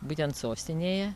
būtent sostinėje